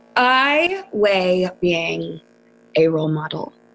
i weigh being a role model,